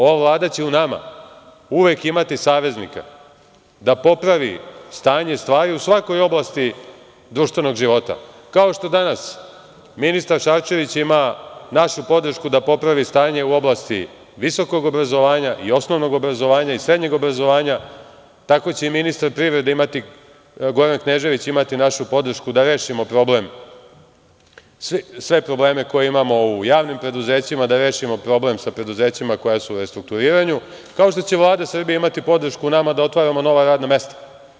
Ova Vlada će u nama uvek imati saveznika da popravi stanje stvari u svakoj oblasti društvenog života, kao što danas ministar Šarčević ima našu podršku da popravi stanje u oblasti visokog obrazovanja, osnovnog i srednjeg obrazovanja, tako će i ministar privrede Goran Knežević imati našu podršku da rešimo sve probleme koje imamo u javnim preduzećima, da rešimo problem sa preduzećima koja su u restrukturiranju, kao što će Vlada Srbije imati podršku u nama da otvaramo nova radna mesta.